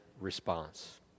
response